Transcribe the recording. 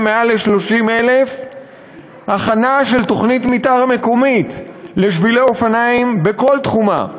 מעל 30,000 להכין תוכנית מתאר מקומית לשבילי אופניים בכל תחומה,